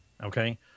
Okay